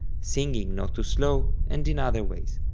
singing not too slowly, and in other ways.